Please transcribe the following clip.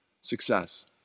Success